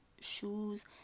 shoes